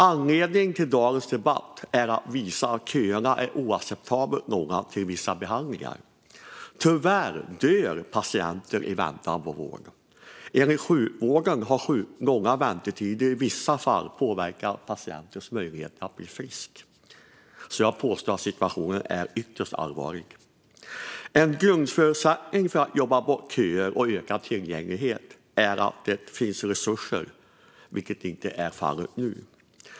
Anledningen till dagens debatt är att visa att köerna till vissa behandlingar är oacceptabelt långa. Tyvärr dör patienter i väntan på vård. Enligt sjukvården har långa väntetider i vissa fall påverkat patienters möjlighet att bli friska. Jag påstår därför att situationen är ytterst allvarlig. En grundförutsättning för att jobba bort köer och öka tillgängligheten är att det finns resurser, vilket inte är fallet nu.